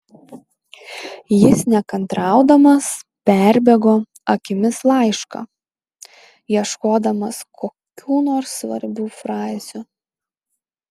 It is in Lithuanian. jis nekantraudamas perbėgo akimis laišką ieškodamas kokių nors svarbių frazių